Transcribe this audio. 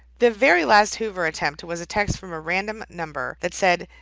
the very last hoover attempt was a text from a random number that said,